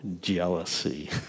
jealousy